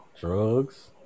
drugs